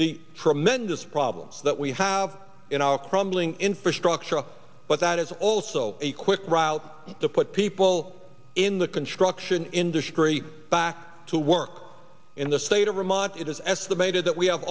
the tremendous problems that we have in our crumbling infrastructure but that is also a quick route to put people in the construction industry back to work in the state of vermont it is estimated that we have